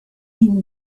and